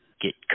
get